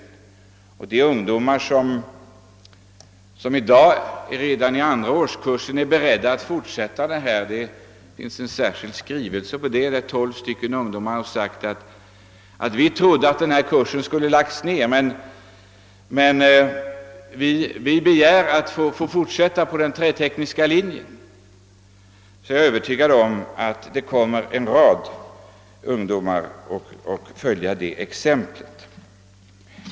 Tolv ungdomar har i en särskild skrivelse begärt att få fortsätta på den trätekniska linjen. Jag är övertygad om att en rad andra ungdomar kommer att följa det exemplet.